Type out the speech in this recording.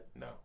No